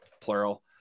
plural